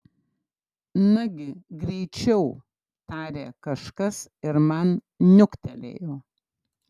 nagi greičiau tarė kažkas ir man niuktelėjo